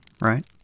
right